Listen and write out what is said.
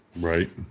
right